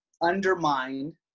undermine